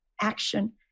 action